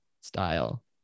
style